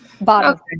Bottom